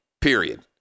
period